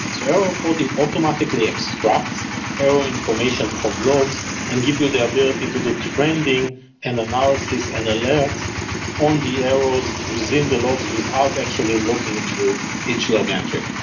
so error reporting automatically extracts error information from logs and give you the ability to do trending and analysis and alerts on the errors within the logs, without actually looking through each log entry.